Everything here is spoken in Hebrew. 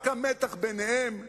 רק המתח ביניהן,